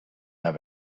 have